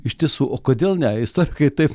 iš tiesų o kodėl ne istorikai taip